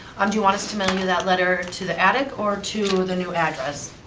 um do you want us to mail you that letter to the attic, or to the new address?